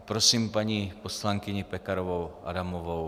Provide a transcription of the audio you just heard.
Prosím paní poslankyni Pekarovou Adamovou.